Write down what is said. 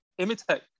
Imitech